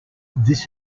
this